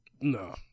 No